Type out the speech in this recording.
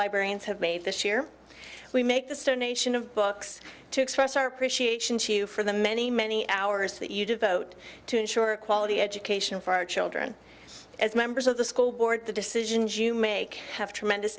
librarians have made this year we make the star nation of books to express our appreciation for the many many hours that you devote to ensure quality education for our children as members of the school board the decisions you make have tremendous